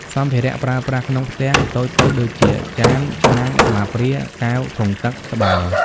សម្ភារៈប្រើប្រាស់ក្នុងផ្ទះតូចៗដូចជា ចាន ឆ្នាំង ស្លាបព្រា កែវ ធុងទឹក ត្បាល់ ។